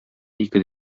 ике